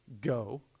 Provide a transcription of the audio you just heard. go